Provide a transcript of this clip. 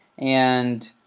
and